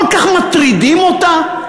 כל כך מטרידים אותה?